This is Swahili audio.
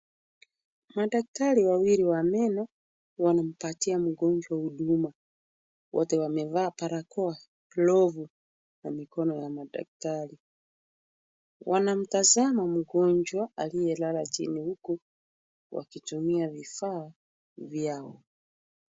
Madaktari wawili wa meno wanampatia mgonjwa huduma. Wote wamevaa barakoa, glovu na mikono ya madaktari. Wanamtazama mgonjwa aliyelala chini huku wakitumia vifaa vyao.